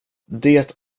det